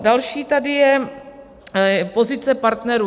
Další tady je pozice partnerů.